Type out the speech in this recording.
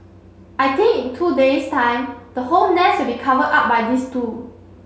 I think in two days time the whole nest will be covered up by these two